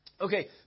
Okay